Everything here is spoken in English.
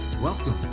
Welcome